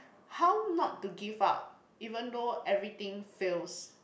how not to give up even though everything fails